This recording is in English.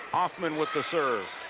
hofman with the serve